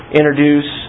introduce